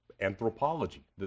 anthropology